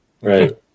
Right